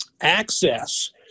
access